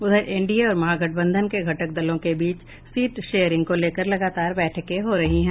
उधर एनडीए और महागठबंधन के घटक दलों के बीच सीट शेयरिंग को लेकर लगातार बैठकें हो रही हैं